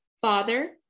father